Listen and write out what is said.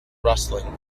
rustling